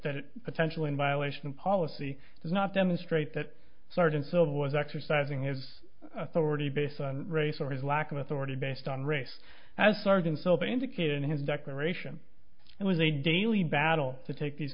that potential in violation of policy does not demonstrate that certain civil was exercising his authority based on race or his lack of authority based on race as sergeants obey indicated in his declaration it was a daily battle to take these